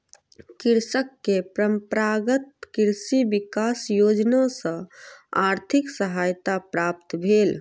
कृषक के परंपरागत कृषि विकास योजना सॅ आर्थिक सहायता प्राप्त भेल